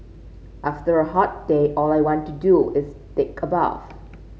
after a hot day all I want to do is take a bath